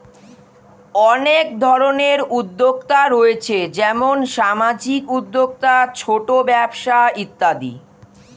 অনেক ধরনের উদ্যোক্তা রয়েছে যেমন সামাজিক উদ্যোক্তা, ছোট ব্যবসা ইত্যাদি